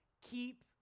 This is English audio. keep